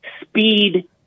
speed